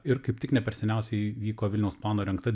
ir kaip tik ne per seniausiai vyko vilniaus plano rengta